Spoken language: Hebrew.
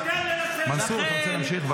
מנסור, רוצה להמשיך?